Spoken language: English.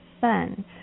fun